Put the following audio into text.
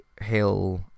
Hill